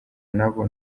n’abo